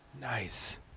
Nice